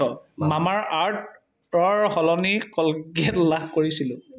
মামাআৰ্থৰ সলনি কলগেট লাভ কৰিছিলোঁ